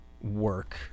work